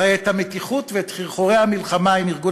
הרי את המתיחות ואת חרחורי המלחמה עם ארגון